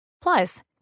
Plus